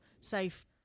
safe